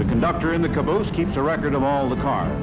the conductor in the caboose keeps a record of all the cars